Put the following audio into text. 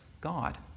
God